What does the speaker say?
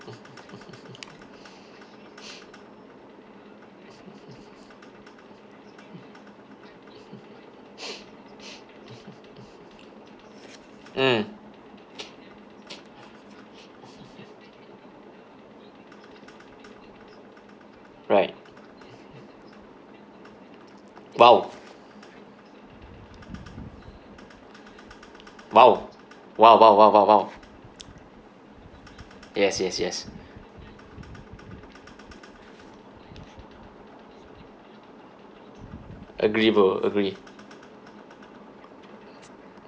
mm right !wow! !wow! !wow! !wow! !wow! !wow! !wow! yes yes yes agree bro agree